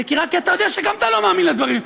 זה רק כי אתה יודע שגם אתה לא מאמין לדברים.